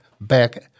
back